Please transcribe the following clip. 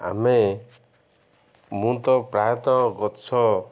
ଆମେ ମୁଁ ତ ପ୍ରାୟତଃ ଗଛ